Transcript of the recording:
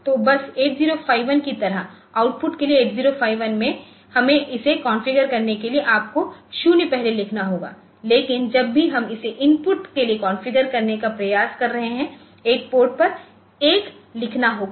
तो बस 8051 की तरह आउटपुट के लिए 8051 हमें इसे कॉन्फ़िगर करने के लिए आपको 0 पहले लिखना होगा लेकिन जब भी हम इसे इनपुट के रूप में कॉन्फ़िगर करने का प्रयास कर रहे हैं एक पोर्ट पर 1 लिखना होगा